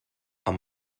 amb